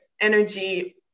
energy